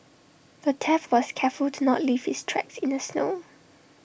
the thief was careful to not leave his tracks in the snow